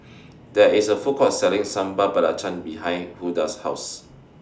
There IS A Food Court Selling Sambal Belacan behind Hulda's House